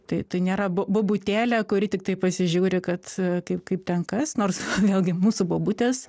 tai tai nėra bu bobutėlė kuri tiktai pasižiūri kad kaip kaip ten kas nors vėlgi mūsų bobutės